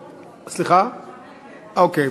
אוקיי.